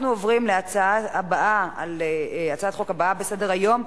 אנחנו עוברים להצעת החוק הבאה בסדר-היום: